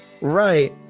Right